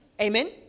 Amen